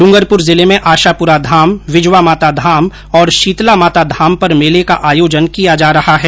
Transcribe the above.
डूं गरपुर जिले मैं आशापुरा धाम विजवामाता धाम और शीतला माता धाम पर मेले का आयोजन किया जा रहा है